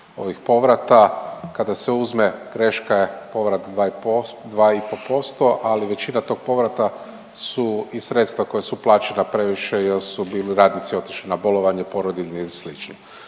ovih povrata, kada se uzme greška je povrat 2,5% ali većina tog povrata su i sredstva koja su plaćena previše jel su bili radnici otišli na bolovanje, porodiljni i sl.